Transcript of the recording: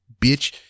bitch